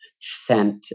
sent